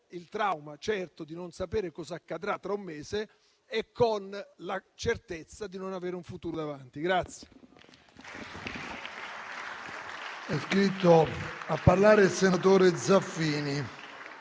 il trauma certo di non sapere cosa accadrà tra un mese e con la certezza di non avere un futuro davanti.